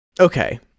Okay